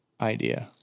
idea